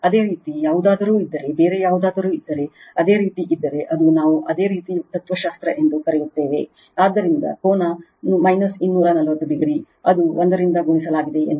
ಅದೇ ರೀತಿ ಯಾವುದಾದರೂ ಇದ್ದರೆ ಬೇರೆ ಯಾವುದಾದರೂ ಇದ್ದರೆ ಅದೇ ರೀತಿ ಇದ್ದರೆ ಅದು ನಾವು ಅದೇ ರೀತಿ ತತ್ವಶಾಸ್ತ್ರ ಎಂದು ಕರೆಯುತ್ತೇವೆ ಆದ್ದರಿಂದ ಕೋನ 240 o ಅದು 1 ರಿಂದ ಗುಣಿಸಲಾಗಿದೆಎಂದು ಭಾವಿಸೋಣ